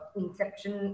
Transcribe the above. inception